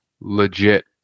legit